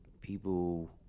people